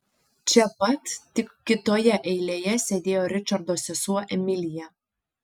čia pat tik kitoje eilėje sėdėjo ričardo sesuo emilija